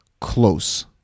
close